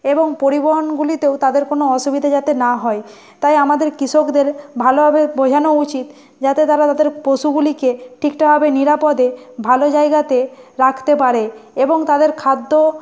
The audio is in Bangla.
এবং পরিবহণগুলিতেও তাদের কোনও অসুবিধে যাতে না হয় তাই আমাদের কৃষকদের ভালোভাবে বোঝানো উচিত যাতে তারা তাদের পশুগুলিকে ঠিকঠাকভাবে নিরাপদে ভালো জায়গাতে রাখতে পারে এবং তাদের খাদ্য